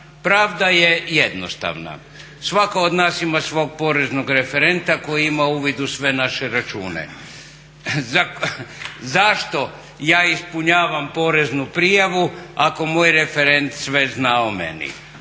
Pravda je jednostavna. Svatko od nas ima svog poreznog referenta koji ima uvid u sve naše račune. Zašto ja ispunjavam poreznu prijavu ako moj referent sve zna o meni.